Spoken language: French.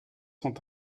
sont